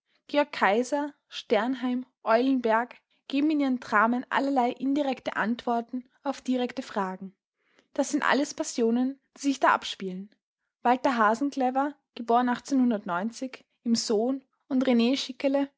kaiser sternheim eulenberg geben in ihren dramen allerlei indirekte antworten auf direkte fragen das sind alles passionen die sich da abspielen walter hasen im sohn und